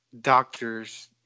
doctors